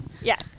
yes